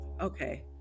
Okay